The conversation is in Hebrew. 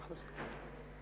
מאה אחוז.